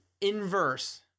inverse